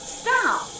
stop